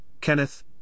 Kenneth